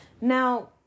now